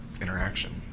interaction